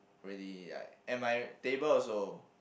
really like and my table also